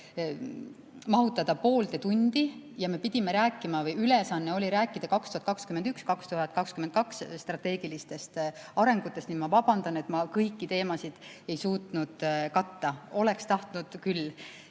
mahutada poolde tundi ja me pidime rääkima või ülesanne oli rääkida 2021–2022 strateegilistest arengutest. Ma vabandan, et ma kõiki teemasid ei suutnud katta. Oleks tahtnud küll